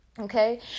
Okay